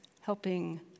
helping